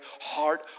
heart